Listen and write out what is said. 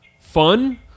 fun